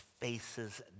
faces